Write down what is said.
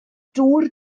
dŵr